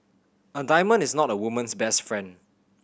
a diamond is not a woman's best friend